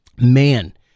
man